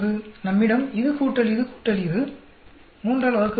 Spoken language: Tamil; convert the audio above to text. நம்மிடம் இது கூட்டல் இது கூட்டல் இது 3 ஆல் வகுக்கப்படுகிறது